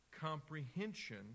comprehension